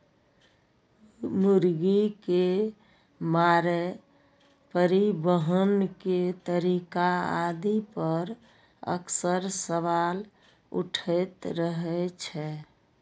मुर्गी के मारै, परिवहन के तरीका आदि पर अक्सर सवाल उठैत रहै छै